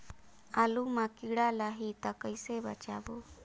आलू मां कीड़ा लाही ता कइसे बचाबो?